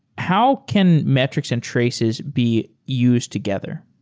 how can metrics and traces be used together?